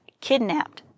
kidnapped